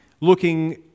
looking